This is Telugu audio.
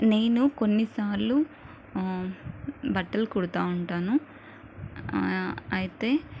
నేను కొన్నిసార్లు బట్టలు కుడుతూ ఉంటాను అయితే